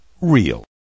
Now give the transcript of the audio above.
real